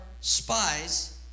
spies